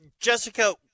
jessica